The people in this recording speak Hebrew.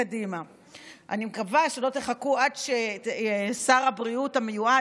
אני מקווה שלא תחכו עד ששר הבריאות המיועד,